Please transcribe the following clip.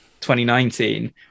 2019